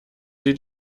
sie